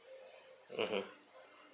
mmhmm